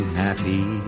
happy